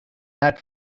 not